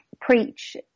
preach